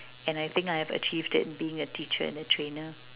and I think I have achieved it in being a teacher and a trainer